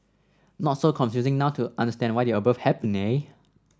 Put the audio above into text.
not so confusing now to understand why the above happened eh